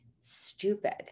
stupid